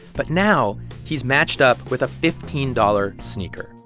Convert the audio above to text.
but now he's matched up with a fifteen dollars sneaker.